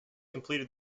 completed